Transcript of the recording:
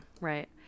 Right